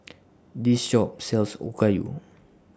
This Shop sells Okayu